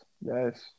yes